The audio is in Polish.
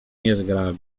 niezgrabnie